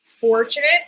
fortunate